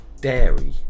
Dairy